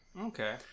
Okay